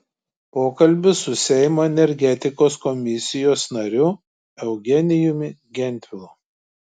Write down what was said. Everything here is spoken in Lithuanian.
pokalbis su seimo energetikos komisijos nariu eugenijumi gentvilu